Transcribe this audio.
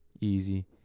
easy